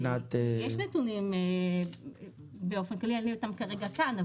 יש נתונים באופן כללי, אין לי אותם כרגע כאן.